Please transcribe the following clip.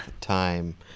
time